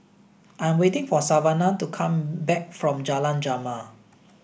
I'm waiting for Savanah to come back from Jalan Jamal